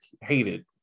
hated